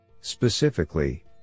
specifically